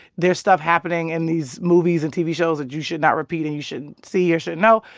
there's stuff happening in these movies and tv shows that you should not repeat and you shouldn't see or shouldn't know.